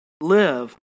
live